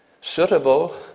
Suitable